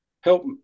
help